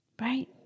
Right